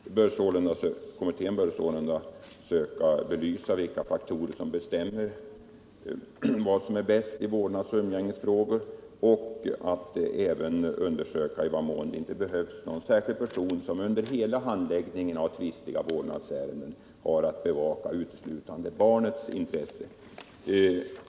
Den bör sålunda söka belysa den centrala frågan om vilka faktorer som bestämmer barnets bästa i vårdnadsoch umgängesfrågor.” Kommittén bör enligt direktiven även undersöka om det behövs någon särskild person som under hela handläggningen av tvistiga vårdnadsärenden har att bevaka uteslutande barnets intresse.